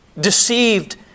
deceived